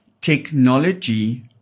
technology